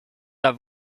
have